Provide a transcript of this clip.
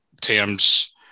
Tam's